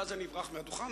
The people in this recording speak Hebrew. ואז אברח מהדוכן,